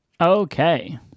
Okay